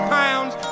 pounds